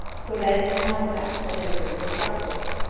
quebec and halifax had never been so prosperous.